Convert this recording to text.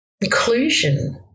Inclusion